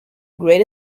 great